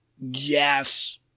Yes